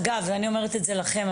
אגב ואני אומרת את זה לכם,